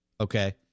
okay